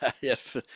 Yes